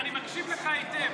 אני מקשיב לך היטב.